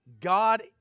God